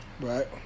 Right